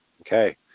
Okay